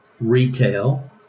Retail